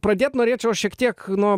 pradėt norėčiau šiek tiek nuo